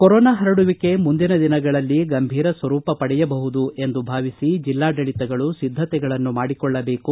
corona ಹರಡುವಿಕೆ ಮುಂದಿನ ದಿನಗಳಲ್ಲಿ ಗಂಭೀರ ಸ್ವರೂಪ ಪಡೆಯಬಹುದು ಎಂದು ಭಾವಿಸಿ ಜಿಲ್ಲಾಡಳಿತ ಸಿದ್ದತೆಗಳನ್ನು ಮಾಡಿಕೊಳ್ಳಬೇಕು